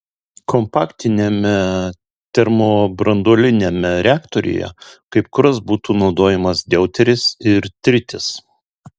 kompaktiniame termobranduoliniame reaktoriuje kaip kuras būtų naudojamas deuteris ir tritis